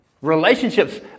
Relationships